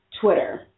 Twitter